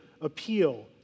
appeal